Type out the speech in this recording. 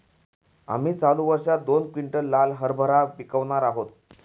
आम्ही चालू वर्षात दोन क्विंटल लाल हरभरा पिकावणार आहोत